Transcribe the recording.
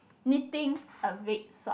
knitting a big sock